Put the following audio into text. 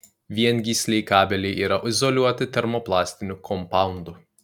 viengysliai kabeliai yra izoliuoti termoplastiniu kompaundu